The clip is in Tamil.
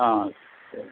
ஆ சரி